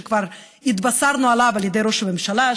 שכבר התבשרנו עליו על ידי ראש הממשלה,